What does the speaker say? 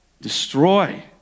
destroy